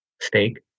steak